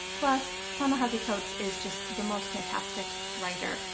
plus ta-nehisi coates is just the most fantastic writer.